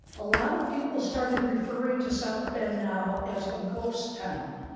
a lot of people started referring to south bend now as a ghost town,